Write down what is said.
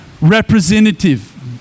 Representative